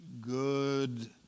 good